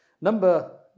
Number